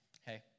Hey